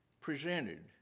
presented